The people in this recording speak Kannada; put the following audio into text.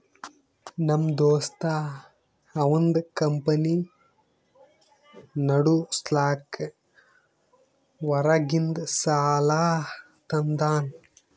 ನಮ್ ದೋಸ್ತ ಅವಂದ್ ಕಂಪನಿ ನಡುಸ್ಲಾಕ್ ಹೊರಗಿಂದ್ ಸಾಲಾ ತಂದಾನ್